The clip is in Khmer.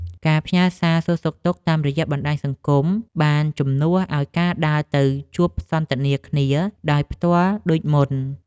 ការផ្ញើសារសួរសុខទុក្ខតាមរយៈបណ្តាញសង្គមបានជំនួសឱ្យការដើរទៅជួបសន្ទនាគ្នាដោយផ្ទាល់ដូចមុន។